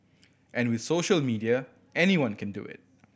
and with social media anyone can do it